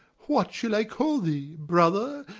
what shall i call thee? brother?